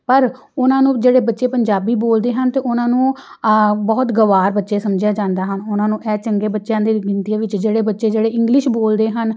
ਪਰ ਉਹਨਾਂ ਨੂੰ ਜਿਹੜੇ ਬੱਚੇ ਪੰਜਾਬੀ ਬੋਲਦੇ ਹਨ ਤਾਂ ਉਹਨਾਂ ਨੂੰ ਬਹੁਤ ਗਵਾਰ ਬੱਚੇ ਸਮਝਿਆ ਜਾਂਦਾ ਹਨ ਉਹਨਾਂ ਨੂੰ ਇਹ ਚੰਗੇ ਬੱਚਿਆਂ ਦੇ ਗਿਣਤੀ ਵਿੱਚ ਜਿਹੜੇ ਬੱਚੇ ਜਿਹੜੇ ਇੰਗਲਿਸ਼ ਬੋਲਦੇ ਹਨ